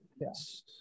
Yes